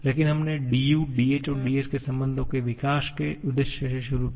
लेकिन हमने du dh और ds के संबंधों के विकास के उद्देश्य से शुरू किया